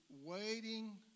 waiting